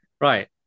right